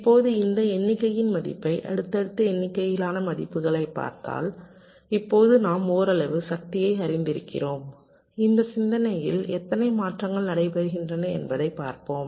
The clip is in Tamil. இப்போது இந்த எண்ணிக்கையின் மதிப்பை அடுத்தடுத்த எண்ணிக்கையிலான மதிப்புகளைப் பார்த்தால் இப்போது நாம் ஓரளவு சக்தியை அறிந்திருக்கிறோம் இந்த சிந்தனையில் எத்தனை மாற்றங்கள் நடைபெறுகின்றன என்பதைப் பார்ப்போம்